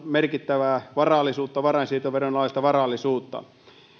merkittävää varallisuutta varainsiirtoveron alaista varallisuutta